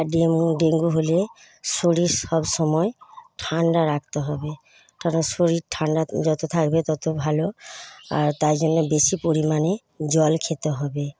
আর dengue dengue হলে শরীর সবসময় ঠান্ডা রাখতে হবে কারণ শরীর ঠান্ডা যত থাকবে তত ভালো আর তাই জন্যে বেশি পরিমানে জল খেতে হবে